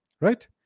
right